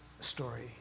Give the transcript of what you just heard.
story